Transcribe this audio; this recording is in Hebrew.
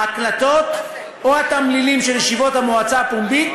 ההקלטות או התמלילים של ישיבות המועצה הפומבית,